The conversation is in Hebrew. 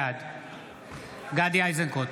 בעד גדי איזנקוט,